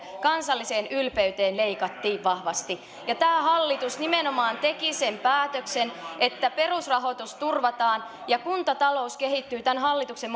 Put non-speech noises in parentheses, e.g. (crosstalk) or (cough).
kansalliseen ylpeyteemme leikattiin vahvasti tämä hallitus nimenomaan teki sen päätöksen että perusrahoitus turvataan ja kuntatalous kehittyy tämän hallituksen (unintelligible)